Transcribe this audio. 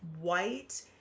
white